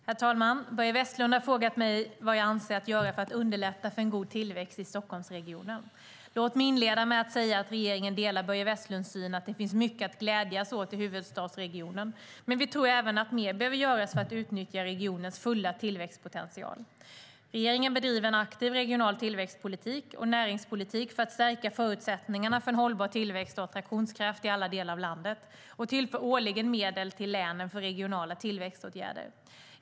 Herr talman! Börje Vestlund har frågat mig vad jag avser att göra för att underlätta för en god tillväxt i Stockholmsregionen. Låt mig inleda med att säga att regeringen delar Börje Vestlunds syn att det finns mycket att glädja sig åt i huvudstadsregionen, men vi tror även att mer behöver göras för att utnyttja regionens fulla tillväxtpotential. Regeringen bedriver en aktiv regional tillväxtpolitik och näringspolitik för att stärka förutsättningarna för en hållbar tillväxt och attraktionskraft i alla delar av landet, och tillför årligen medel till länen för regionala tillväxtåtgärder.